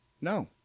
no